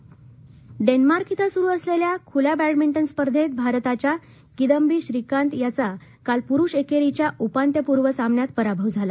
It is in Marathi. बॅडमिंज डेन्मार्क इथं सुरू असलेल्या खुल्या बॅडमिंजे स्पर्धेत भारताच्या किदंबी श्रीकांत याचा काल पुरुष एकेरीच्या उपांत्य पूर्व सामन्यात पराभव झाला